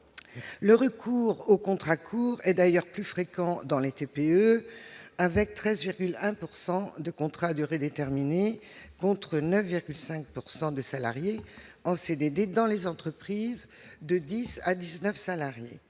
le recours aux contrats courts et d'ailleurs plus fréquent dans les TPE, avec 13,1 pourcent de contrats à durée déterminée, contre 9,5 pourcent des salariés en CDD dans les entreprises de 10 à 19 salariés,